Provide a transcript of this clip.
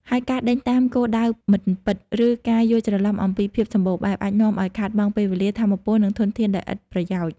ហើយការដេញតាមគោលដៅមិនពិត ឬការយល់ច្រឡំអំពីភាពសម្បូរបែប អាចនាំឱ្យខាតបង់ពេលវេលា ថាមពល និងធនធានដោយឥតប្រយោជន៍។